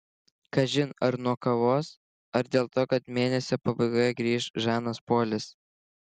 kažin ar nuo kavos ar dėl to kad mėnesio pabaigoje grįš žanas polis